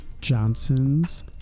Johnson's